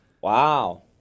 Wow